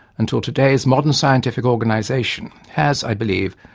until today's modern scientific organisation has, i believe,